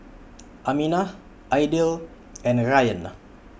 Aminah Aidil and Ryan